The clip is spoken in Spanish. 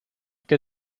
que